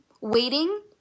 waiting